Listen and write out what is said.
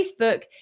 Facebook